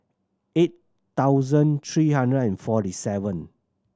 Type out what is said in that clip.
eight thousand three hundred and forty seven